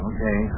Okay